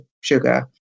sugar